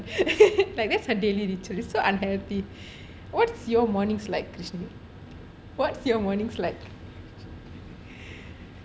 like that's my daily ritual so unhealthy what's your mornings like what's your mornings like